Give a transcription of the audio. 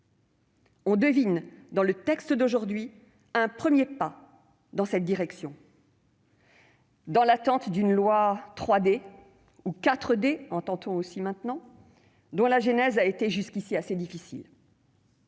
On devine dans le texte d'aujourd'hui un premier pas dans cette direction, dans l'attente d'une loi 3D- ou 4D, entend-on dire aussi maintenant -dont la genèse a été jusqu'ici assez difficile.